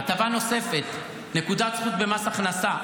הטבה נוספת, נקודת זכות במס הכנסה.